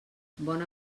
bona